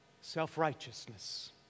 Self-righteousness